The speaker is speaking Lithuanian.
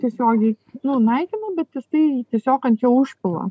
tiesiogiai nu naikina bet jisai tiesiog ant jo užpila